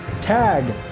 Tag